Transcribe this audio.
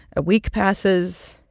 a week passes,